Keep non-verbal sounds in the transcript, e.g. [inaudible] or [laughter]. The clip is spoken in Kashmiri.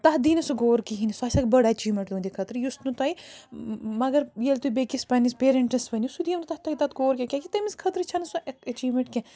تَتھ دی نہٕ سُہ غور کِہیٖنۍ سُہ آسہِ اَکھ بٔڑ أچیٖومٮ۪نٛٹ تُہٕنٛدِ خٲطرٕ یُس نہٕ تۄہہِ مگر ییٚلہِ تُہۍ بیٚکِس پَنٛنِس پیرٮ۪نٛٹَس ؤنِو سُہ دِیو نہٕ تَتھ تۄہہِ پَتہٕ [unintelligible] کیٛازکہِ تٔمِس خٲطرٕ چھَنہٕ سۄ أچیٖومٮ۪نٛٹ کیٚنٛہہ